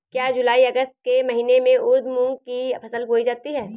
क्या जूलाई अगस्त के महीने में उर्द मूंग की फसल बोई जाती है?